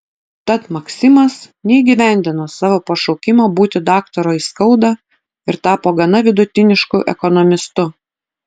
tad maksimas neįgyvendino savo pašaukimo būti daktaru aiskauda ir tapo gana vidutinišku ekonomistu